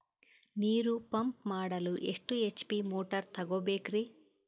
ನೀರು ಪಂಪ್ ಮಾಡಲು ಎಷ್ಟು ಎಚ್.ಪಿ ಮೋಟಾರ್ ತಗೊಬೇಕ್ರಿ?